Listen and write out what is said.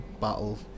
battle